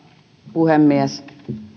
puhemies